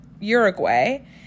Uruguay